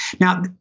Now